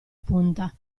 punta